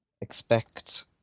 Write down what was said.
expect